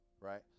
Right